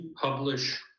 publish